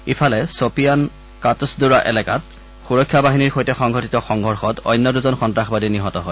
ইফালে ছ'পিয়ানৰ কাটছদুৰা এলেকাত সুৰক্ষা বাহিনীৰ সৈতে সংঘটিত সংঘৰ্ষত অন্য দুজন সন্ত্ৰাসবাদী নিহত হয়